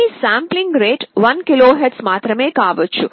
మీ sampling rate 1 KHz మాత్రమే కావచ్చు